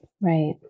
Right